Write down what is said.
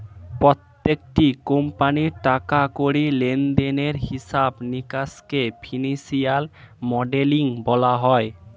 প্রত্যেকটি কোম্পানির টাকা কড়ি লেনদেনের হিসাব নিকাশকে ফিনান্সিয়াল মডেলিং বলা হয়